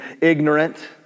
ignorant